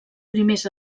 primers